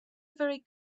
very